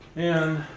and,